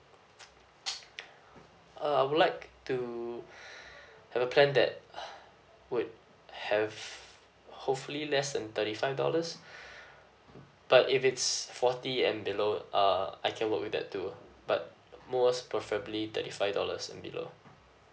uh I would like to have a plan that would have hopefully less than thirty five dollars but if it's forty and below uh I can work with that too but most preferably thirty five dollars and below